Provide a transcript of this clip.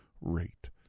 rate